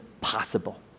possible